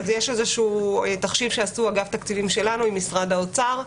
יש איזשהו תחשיב שעשה אגף תקציבים שלנו עם משרד האוצר,